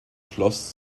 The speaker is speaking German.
schloss